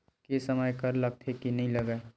के समय कर लगथे के नइ लगय?